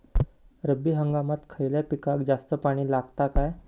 रब्बी हंगामात खयल्या पिकाक जास्त पाणी लागता काय?